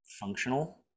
functional